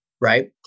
right